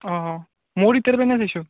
অঁ অঁ ময়ো তেতিয়াৰ পিনেই চাইছোঁ